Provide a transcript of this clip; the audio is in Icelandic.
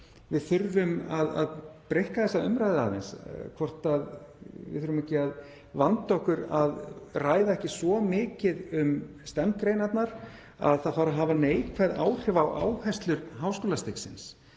við þurfum að breikka þessa umræðu aðeins, hvort við þurfum ekki að vanda okkur að ræða ekki svo mikið um STEM-greinarnar að það fari að hafa neikvæð áhrif á áherslur háskólastigsins.